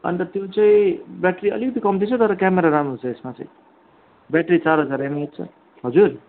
अन्त त्यो चाहिँ ब्याट्री अलिकति कम्ती छ तर क्यामरा राम्रो छ यसमा चाहिँ ब्याट्री चार हजार एमएएच छ हजुर